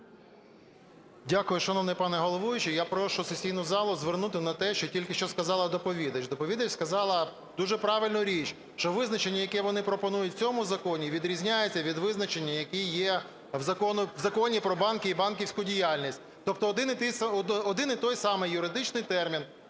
Дякую, шановний пане головуючий. Я прошу сесійну залу звернути на те, що тільки що сказала доповідач. Доповідач сказала дуже правильну річ. Що визначення, яке вони пропонують в цьому законі, відрізняється від визначення, яке є Законі "Про банки і банківську діяльність". Тобто один і той самий юридичний термін